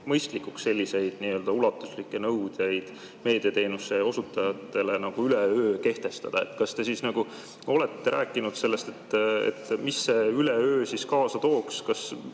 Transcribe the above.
mõistlikuks selliseid nii-öelda ulatuslikke nõudeid meediateenuse osutajatele nagu üleöö kehtestada. Kas te olete rääkinud sellest, mis see üleöö kaasa tooks? Mis